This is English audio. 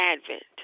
Advent